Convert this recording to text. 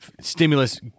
stimulus